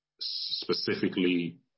specifically